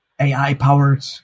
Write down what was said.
AI-powered